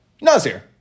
Nazir